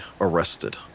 arrested